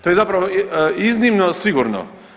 To je zapravo iznimno sigurno.